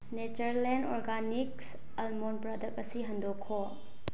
ꯅꯦꯆꯔꯂꯦꯟ organics almond product ꯑꯁꯤ ꯍꯟꯗꯣꯛꯈꯣ